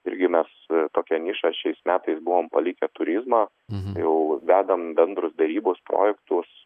irgi mes tokią nišą šiais metais buvom palikę turizmo jau vedam bendrus derybos projektus